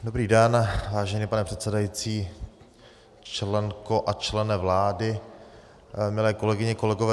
Dobrý den, vážený pane předsedající, členko a člene vlády, milé kolegyně, kolegové.